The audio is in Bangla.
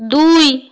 দুই